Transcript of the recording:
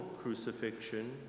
crucifixion